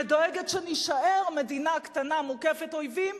ודואגת שנישאר מדינה קטנה מוקפת אויבים,